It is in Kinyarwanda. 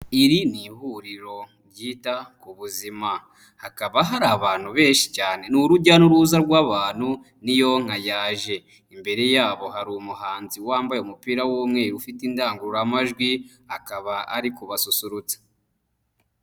Iri ni ihuriro ryita ku buzima hakaba hari abantu benshi cyane, ni urujya n'uruza rw'abantu n'iyonka yaje, imbere yabo hari umuhanzi wambaye umupira w'umweru ufite indangururamajwi, akaba ari kubasusurutsa.